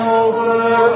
over